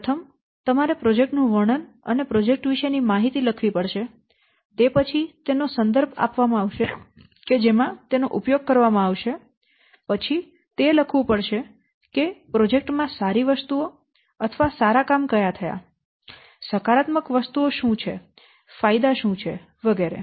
પ્રથમ તમારે પ્રોજેક્ટ નું વર્ણન અને પ્રોજેક્ટ વિશેની માહિતી લખવી પડશે તે પછી તેનો સંદર્ભ આપવામાં આવશે કે જેમાં તેનો ઉપયોગ કરવામાં આવશે પછી તે લખવું પડશે કે પ્રોજેક્ટ માં સારી વસ્તુઓ અથવા સારા કામ ક્યા થયા સકારાત્મક વસ્તુઓ શું છે ફાયદા શું છે વગેરે